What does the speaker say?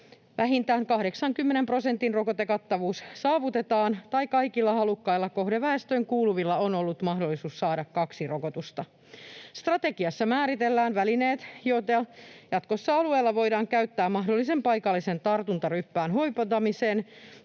vähintään 80 prosentin rokotekattavuus saavutetaan tai kaikilla halukkailla kohdeväestöön kuuluvilla on ollut mahdollisuus saada kaksi rokotusta. Strategiassa määritellään välineet, joita jatkossa alueilla voidaan käyttää mahdollisen paikallisen tartuntaryppään hoitamiseen,